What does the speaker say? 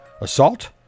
Assault